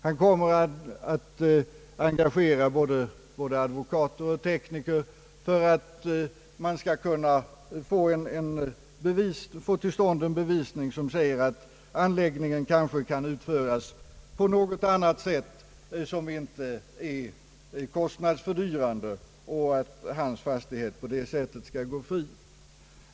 Han kommer att engagera både advokater och tekniker för att få till stånd en bevisning för att anläggningen kanske kan utföras på något annat sätt, som inte är kostnadsfördyrande, och att hans fastighet på det sättet skall gå fri.